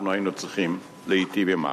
אנחנו היינו צריכים להיטיב עמה.